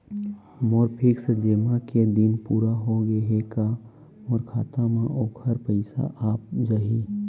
मोर fix जेमा के दिन पूरा होगे हे का मोर खाता म वोखर पइसा आप जाही?